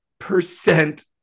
percent